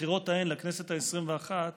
בבחירות ההן לכנסת העשרים-ואחת